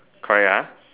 correct ah